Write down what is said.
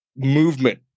Movement